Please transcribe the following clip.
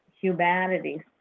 humanity